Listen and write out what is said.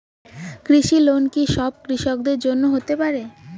কৃষি লোন কি সব কৃষকদের জন্য হতে পারে?